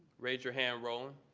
raise your hand, roland.